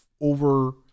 over